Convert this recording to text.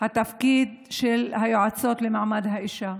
התפקיד של היועצות למעמד האישה.